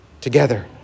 together